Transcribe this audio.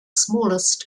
smallest